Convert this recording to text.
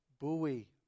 buoy